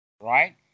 Right